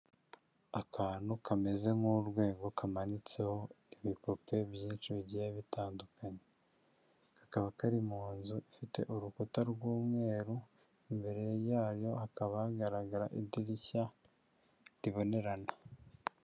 Akantu kameze nk'urwego kamanitseho ibipupe byinshi bigiye bitandukanye, kakaba kari mu nzu ifite urukuta rw'umweru, imbere yayo hakaba hagaragara idirishya ribonerana.